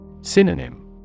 Synonym